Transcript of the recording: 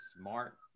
smart